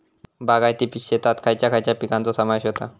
बागायती शेतात खयच्या खयच्या पिकांचो समावेश होता?